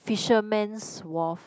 fishermans wharf